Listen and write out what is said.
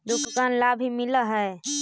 दुकान ला भी मिलहै?